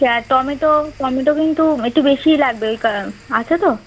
আর tomato tomato কিন্তু একটু বেশিই লাগবে ওই আছে তো